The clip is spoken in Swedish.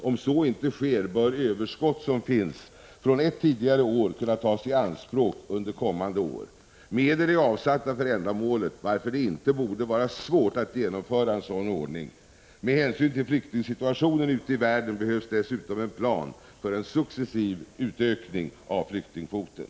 Om så inte sker under något år bör överskott från ett år kunna tas i anspråk under ett kommande år. Medel är avsatta för ändamålet, varför det inte borde vara svårt att genomföra en sådan ordning. Med hänsyn till flyktingsituationen ute i världen behövs dessutom en plan för en successiv utökning av flyktingkvoten.